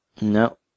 No